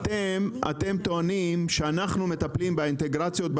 אתם טוענים שאתם מטפלים באינטגרציות,